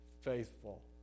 faithful